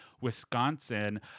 Wisconsin